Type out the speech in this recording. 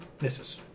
Misses